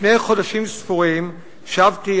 לפני חודשים ספורים שבתי,